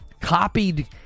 copied